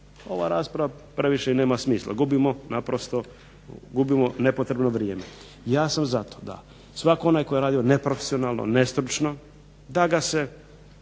ova rasprava previše nema smisla gubimo naprosto gubimo nepotrebno vrijeme. Ja sam za to da svako onaj tko je redio neprofesionalno nestručno da ga se